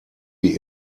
wie